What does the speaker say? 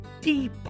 deep